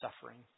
suffering